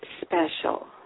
special